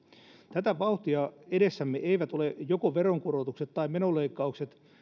tätä vauhtia edessämme eivät ole joko veronkorotukset tai menoleikkaukset